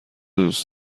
دوست